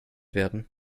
werden